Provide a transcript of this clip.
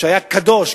שהיה קדוש,